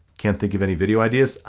can't think of any video ideas?